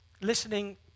Listening